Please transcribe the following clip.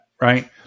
right